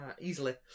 easily